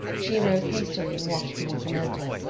she arose hastily and walked toward the mantel.